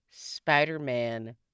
Spider-Man